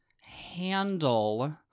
handle